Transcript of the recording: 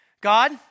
God